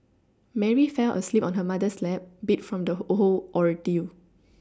Mary fell asleep on her mother's lap beat from the whole ordeal